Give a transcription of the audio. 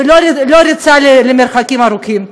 ולא ריצה למרחקים ארוכים.